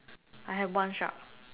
I have one shark